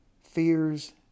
fears